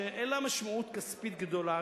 שאין לה משמעות כספית גדולה,